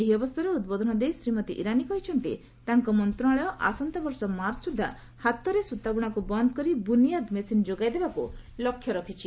ଏହି ଅବସରରେ ଉଦ୍ବୋଧନ ଦେଇ ଶ୍ରମୀତି ଇରାନୀ କହିଛନ୍ତି ତାଙ୍କ ମନ୍ତ୍ରଶାଳୟ ଆସନ୍ତାବର୍ଷ ମାର୍ଚ୍ଚସୁଦ୍ଧା ହାତରେ ବୁଣା ସୂତା ବୁଣାକୁ ବନ୍ଦ କରି ବୁନିୟାଦ୍ ମେସିନ ଯୋଗାଇଦେବାକୁ ଲକ୍ଷ୍ୟ ରଖିଛି